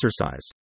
exercise